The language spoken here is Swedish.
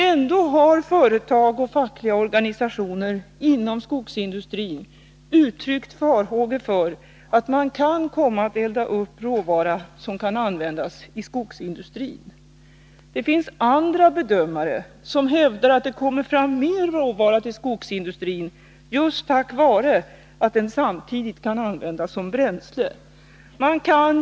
Ändå har företag och fackliga organisationer inom skogsindustrin uttryckt farhågor för att man kan komma att elda upp råvara, som kan användas i skogsindustrin. Andra bedömare hävdar att det kommer fram mer råvara till skogsindustrin just tack vare att den samtidigt kan användas såsom bränsle.